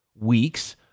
week's